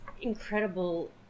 incredible